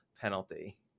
penalty